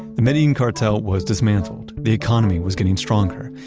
the medellin cartel was dismantled, the economy was getting stronger,